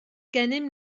gennym